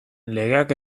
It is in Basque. legeak